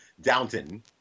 Downton